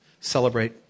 celebrate